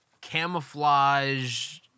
camouflage